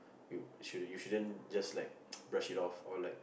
you shouldn't you shouldn't just like brush it off or like